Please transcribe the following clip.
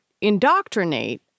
indoctrinate